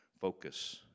focus